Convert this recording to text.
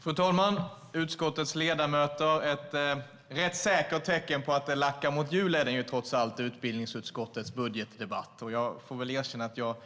Fru talman och utskottets ledamöter! Ett rätt säkert tecken på att det lackar mot jul är den, trots allt, utbildningsutskottets budgetdebatt. Jag